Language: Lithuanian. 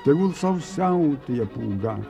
tegul sau siautėja pūga